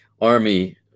army